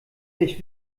ich